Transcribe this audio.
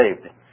saved